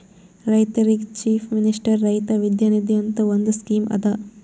ರೈತರಿಗ್ chief minister Raitha Vidya Nidhi ಅಂತ್ ಒಂದ್ ಸ್ಕೀಮ್ ಅದಾ